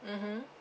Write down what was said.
mmhmm